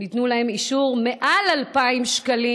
ניתן להם אישור מעל 2,000 שקלים.